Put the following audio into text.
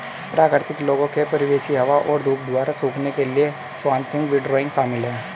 प्राकृतिक लोगों के परिवेशी हवा और धूप द्वारा सूखने के लिए स्वाथिंग विंडरोइंग शामिल है